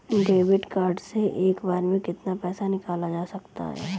Debit card से एक बार में कितना पैसा निकाला जा सकता है?